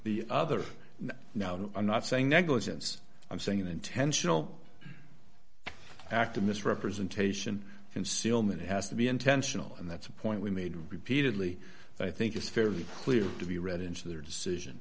the other no i'm not saying negligence i'm saying an intentional act of misrepresentation concealment has to be intentional and that's a point we made repeatedly i think is fairly clear to be read into their decision